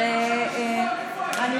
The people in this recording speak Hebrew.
איפה כל חברי הכנסת של הקואליציה?